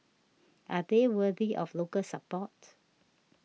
are they worthy of local support